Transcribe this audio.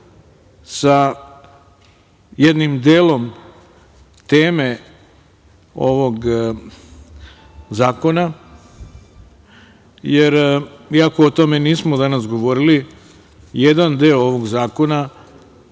sa jednim delom teme ovog zakona. Iako o tome nismo danas govorili jedan deo ovog zakona,